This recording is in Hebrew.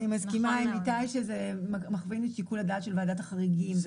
אני מסכימה עם איתי שזה מכווין את שיקול הדעת של ועדת החריגים.